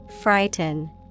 Frighten